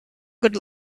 good